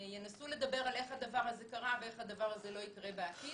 ינסו לדבר על איך הדבר הזה קרה ואיך הדבר הזה לא יקרה בעתיד.